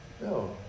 no